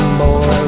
boy